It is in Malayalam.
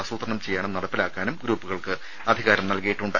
ആസൂത്രണം ചെയ്യാനും നടപ്പാക്കാനും ഗ്രൂപ്പുകൾക്ക് അധികാരം നൽകിയിട്ടുണ്ട്